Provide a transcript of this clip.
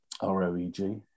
R-O-E-G